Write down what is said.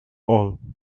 all